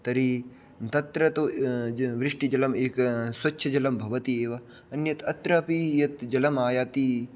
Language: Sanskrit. तर्हि तत्र तु ज वृष्टिजलं एक स्वच्छजलं भवति एव अन्यत् अत्र अपि यत् जलम् आयाति